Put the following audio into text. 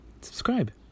subscribe